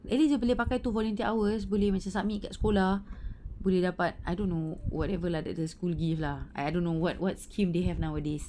at least dia boleh pakai tu volunteer hours boleh macam submit dekat sekolah boleh dapat I don't know whatever lah that the school give lah I I don't know what what scheme they have nowadays